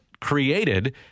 created